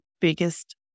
biggest